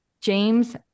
James